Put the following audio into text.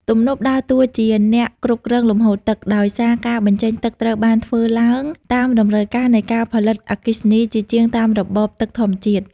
ទំនប់ដើរតួជាអ្នកគ្រប់គ្រងលំហូរទឹក ដោយសារការបញ្ចេញទឹកត្រូវបានធ្វើឡើងតាមតម្រូវការនៃការផលិតអគ្គិសនីជាជាងតាមរបបទឹកធម្មជាតិ។